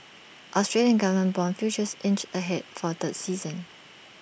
Australian government Bond futures inched ahead for A third session